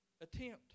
Attempt